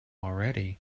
already